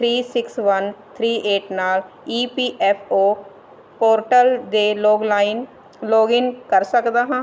three six one three eight ਨਾਲ E P F O portal 'ਤੇ login ਕਰ ਸਕਦਾ ਹਾਂ